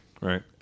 right